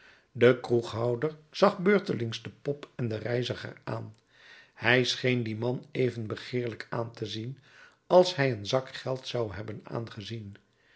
de kroeghouder zag beurtelings de pop en den reiziger aan hij scheen dien man even begeerlijk aan te zien als hij een zak geld zou hebben aangezien